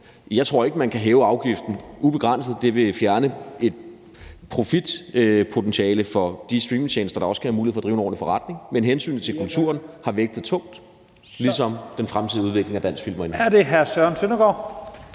jeg tror ikke, at man kan hæve afgiften ubegrænset, for det vil fjerne et profitpotentiale for de streamingtjenester, der også skal have mulighed for at drive en ordentlig forretning. Men hensynet til kulturen har vejet tungt ligesom den fremtidige udvikling af dansk film. Kl.